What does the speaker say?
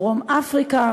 דרום-אפריקה,